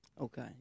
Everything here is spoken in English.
Okay